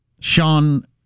Sean